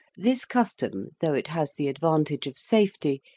this custom, though it has the advantage of safety,